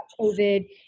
COVID